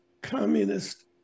Communist